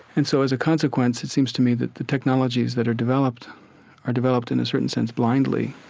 and so as a consequence, it seems to me that the technologies that are developed are developed in a certain sense blindly,